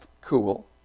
cool